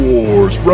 Wars